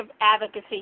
Advocacy